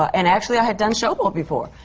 and actually, i had done show boat before.